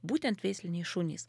būtent veisliniai šunys